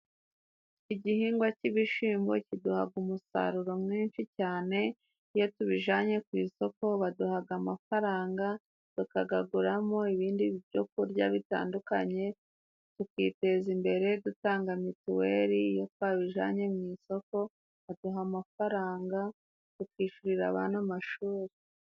Igihingwa c'ibishimbo kiduhaga umusaruro mwinshi cane. Iyo tubijanye ku isoko baduhaga amafaranga tukagaguramo ibindi byo kurya bitandukanye tukiteza imbere dutanga mituweli, iyo twabijanye mu isoko baduha amafaranga, tukishurira abana amashuri.